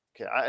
okay